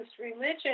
religion